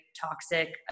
toxic